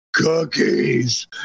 Cookies